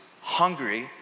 hungry